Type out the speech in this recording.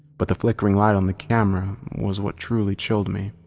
but the flickering light on the camera was what truly chilled me.